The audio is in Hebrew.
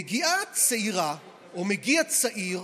מגיעה צעירה או מגיע צעיר,